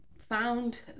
found